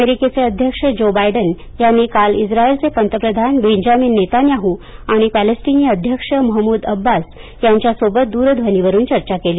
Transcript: अमेरिकेचे अध्यक्ष Joe Biden यांनी काल इस्रायलचे पंतप्रधान बेंजामिन नेतान्याहू आणि पॅलेस्टिनी अध्यक्ष महमूद अब्बास यांच्यासोबत दूरध्वनीवरुन चर्चा केली